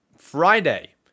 Friday